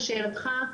לשאלתך,